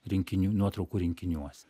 rinkinių nuotraukų rinkiniuose